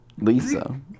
Lisa